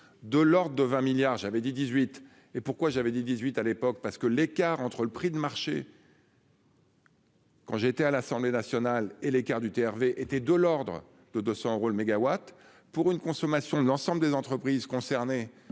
de l'ordre de 20 milliards, j'avais 10 18 et pourquoi j'avais des 18 à l'époque parce que l'écart entre le prix de marché. Quand j'étais à l'Assemblée nationale et l'écart du TRV étaient de l'ordre de 200 euros le mégawatt pour une consommation de l'ensemble des entreprises concernées